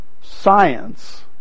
science